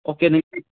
okay നിങ്ങൾക്ക്